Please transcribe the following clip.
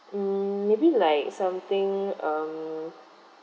mm maybe like something um